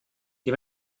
die